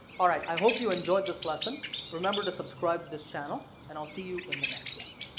alright i hope you enjoyed this lesson remember to subscribe this channel and i'll see you in the next lesson